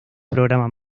programa